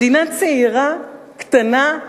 מדינה צעירה, קטנה,